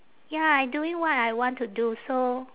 ya I doing what I want to do so